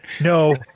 No